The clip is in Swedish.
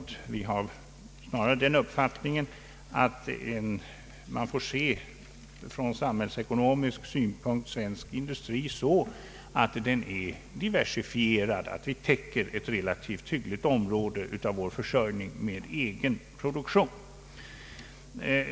Vi har snarare den uppfattningen att man från samhällsekonomisk synpunkt får se svensk industri diversifierad, d. v. s. att vi täcker ett relativt hyggligt område av vår försörjning med egen produktion.